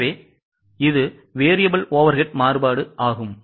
எனவே இது variable overhead மாறுபாடு ஆகும்